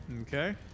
Okay